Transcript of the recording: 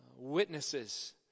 witnesses